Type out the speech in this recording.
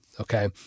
okay